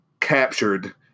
captured